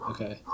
Okay